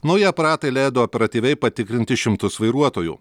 nauji aparatai leido operatyviai patikrinti šimtus vairuotojų